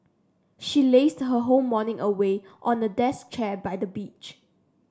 she lazed her whole morning away on a desk chair by the beach